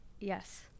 Yes